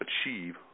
achieve